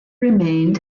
remained